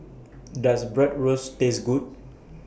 Does Bratwurst Taste Good